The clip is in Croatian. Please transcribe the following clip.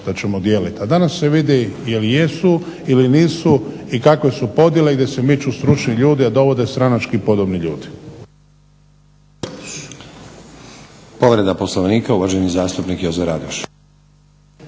da ćemo dijelit. A danas se vidi jel jesu ili nisu i kakve su podjele gdje se miču stručni ljudi, a dovode stranački podobni ljudi.